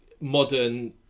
modern